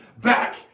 back